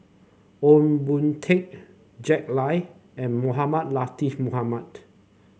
Ong Boon Tat Jack Lai and Mohamed Latiff Mohamed